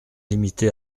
limitée